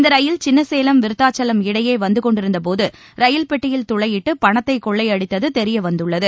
இந்தரயில் சின்னசேலம் விருத்தாசலம் இடையேவந்துகொண்டிருந்தபோதரயில் பெட்டியில் துளையிட்டுபணத்தைகொள்ளையடித்துதெரியவந்துள்ளது